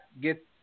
get